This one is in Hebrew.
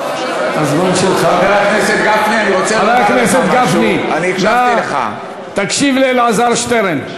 חבר הכנסת גפני, אנא, תקשיב לאלעזר שטרן.